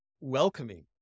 welcoming